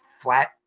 flat